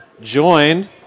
joined